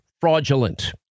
fraudulent